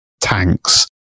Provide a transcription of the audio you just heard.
tanks